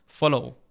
follow